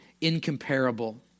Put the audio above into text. incomparable